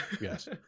Yes